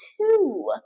two